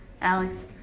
Alex